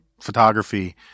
photography